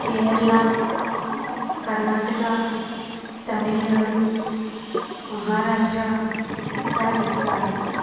Kerala Karnataka Tamil Nadu Maharashtra Rajasthan